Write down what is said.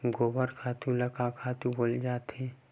गोबर खातु ल का खातु बोले जाथे?